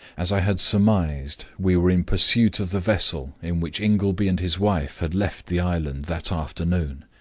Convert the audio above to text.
as i had surmised, we were in pursuit of the vessel in which ingleby and his wife had left the island that afternoon.